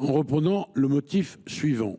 Ce report se ferait